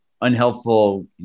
unhelpful